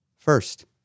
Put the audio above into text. First